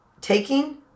taking